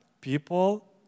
People